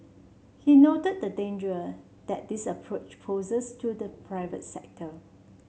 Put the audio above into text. he noted the danger that this approach poses to the private sector